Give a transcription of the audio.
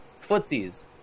footsies